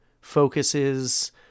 focuses